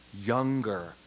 Younger